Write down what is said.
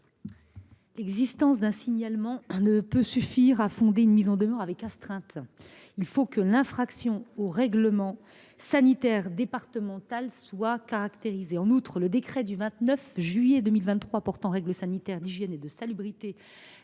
L’existence d’un signalement ne peut suffire à fonder une mise en demeure avec astreinte : il faut que l’infraction au règlement sanitaire départemental (RSD) soit caractérisée. En outre, le décret du 29 juillet 2023 portant règles sanitaires d’hygiène et de salubrité